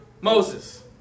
Moses